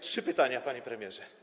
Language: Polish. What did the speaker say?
Trzy pytania, panie premierze.